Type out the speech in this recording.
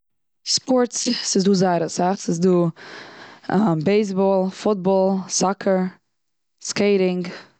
ספארטס, ס'איז דא זייער אסאך. ס'איז דא בעיס באל, פוט באל, סאקער, סקעיטינג.